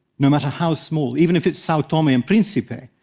no matter how small, even if it's sao tome ah and principe,